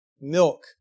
Milk